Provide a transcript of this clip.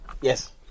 Yes